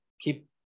keep